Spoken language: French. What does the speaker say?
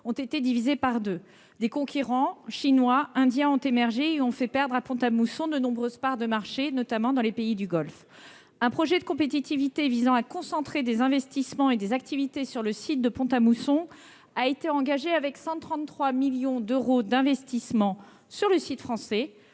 ont été divisées par deux. Des concurrents chinois et indiens ont émergé, faisant perdre à ce site de nombreuses parts de marché, notamment dans les pays du Golfe. Un projet de compétitivité visant à concentrer des investissements et des activités sur le site de Pont-à-Mousson a été engagé, avec 133 millions d'euros d'investissements dans les quatre ans